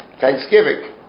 Thanksgiving